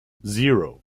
zero